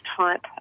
type